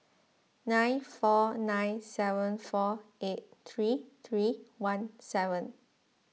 nine four nine seven four eight three three one seven